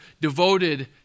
devoted